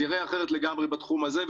זה ייראה אחרת לגמרי בתחום הזה,